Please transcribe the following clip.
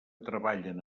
treballen